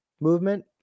movement